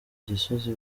gisozi